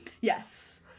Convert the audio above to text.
Yes